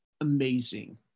amazing